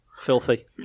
filthy